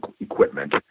equipment